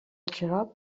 xarop